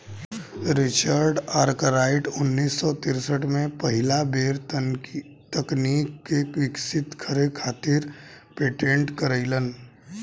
Richard Arkwright उन्नीस सौ तिरसठ में पहिला बेर तकनीक के विकसित करे खातिर पेटेंट करइलन